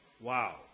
Wow